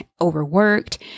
overworked